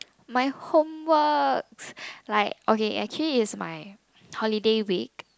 my homework like okay actually is my holiday week